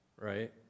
right